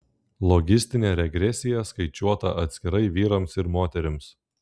logistinė regresija skaičiuota atskirai vyrams ir moterims